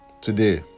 today